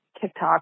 TikTok